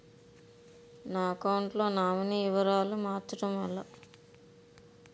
నా అకౌంట్ లో నామినీ వివరాలు మార్చటం ఎలా?